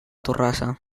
torrassa